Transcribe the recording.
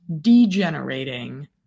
degenerating